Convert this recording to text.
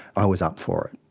i was up for it.